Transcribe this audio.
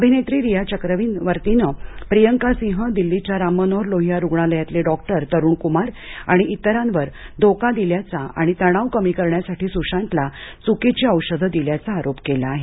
अभिनेत्री रीया चक्रवर्तीनं प्रियांका सिंह दिल्लीच्या राम मनोहर लोहिया रुग्णालयातले डॉक्टर तरुण कुमार आणि इतरांवर धोका दिल्याचा आणि तणाव कमी करण्यासाठी सुशांतला चुकीची औषधं दिल्याचा आरोप केला आहे